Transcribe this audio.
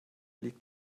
liegt